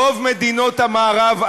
רוב מדינות המערב,